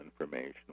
information